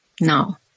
now